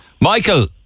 Michael